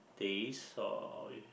days or